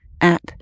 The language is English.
app